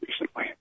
recently